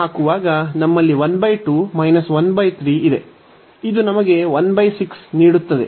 ಇದು ನಮಗೆ 16 ನೀಡುತ್ತದೆ